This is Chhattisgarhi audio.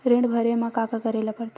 ऋण भरे बर का का करे ला परथे?